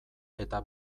eta